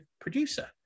producer